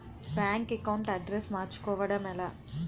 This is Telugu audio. బ్యాంక్ అకౌంట్ అడ్రెస్ మార్చుకోవడం ఎలా?